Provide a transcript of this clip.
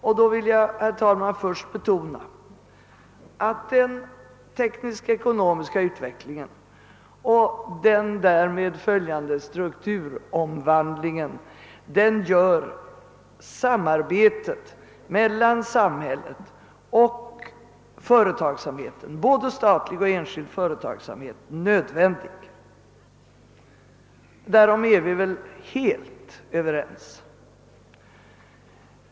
Jag vill då först betona, herr talman, att den teknisk-ekonomiska utvecklingen och den därmed följande strukturomvandlingen gör samarbete mellan samhället och både statlig och enskild företagsamhet nödvändigt. Därom är vi helt överens.